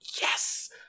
yes